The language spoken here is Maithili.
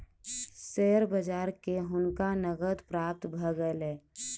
शेयर बेच के हुनका नकद प्राप्त भ गेलैन